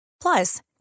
Plus